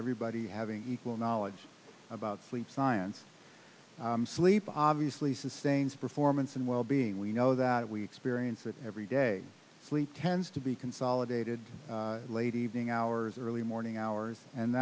everybody having equal knowledge about sleep science sleep obviously sustains performance and wellbeing we know that we experience that every day sleep tends to be consolidated late evening hours early morning hours and